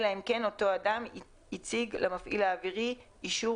אלא אם כן אותו אדם הציג למפעיל האווירי אישור